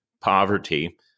poverty